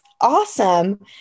awesome